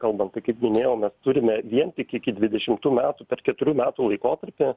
kalbant tai kaip minėjau mes turime vien tik iki dvidešimtų metų per keturių metų laikotarpį